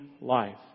life